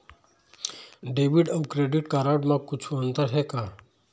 Debit अऊ credit card म कुछू अंतर हे का?